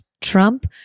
Trump